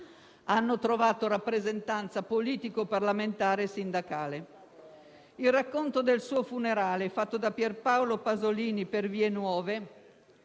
hanno trovato rappresentanza politico-parlamentare e sindacale. Il racconto del suo funerale fatto da Pier Paolo Pasolini per «Vie Nuove»